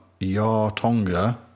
Yartonga